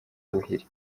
ubuhiri